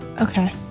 okay